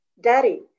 Daddy